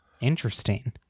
interesting